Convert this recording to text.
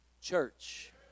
church